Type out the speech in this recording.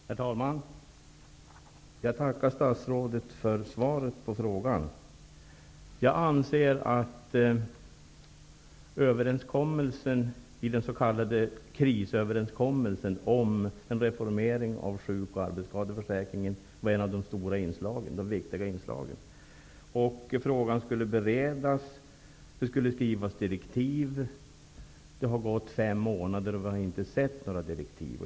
Herr talman! Jag tackar statsrådet för svaret på min fråga. Jag anser att den överenskommelse som träffades i samband med den s.k. krisuppgörelsen om en reformering av sjuk och arbetsskadeförsäkringarna var ett av de stora och viktiga inslagen. Frågan skulle beredas och direktiv skulle skrivas. Det har nu gått fem månader, och vi har ännu inte sett några direktiv.